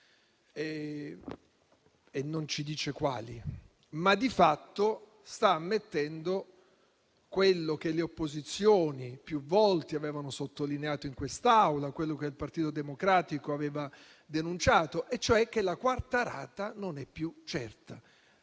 senza comunicare quali, ma di fatto ha ammesso quello che le opposizioni più volte hanno sottolineato in quest'Aula, quello che il Partito Democratico aveva denunciato, e cioè che la quarta rata non è più certa.